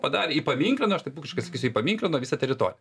padarė įpaminklino aš taip ūkiškai sakysiu įpaminklino visą teritoriją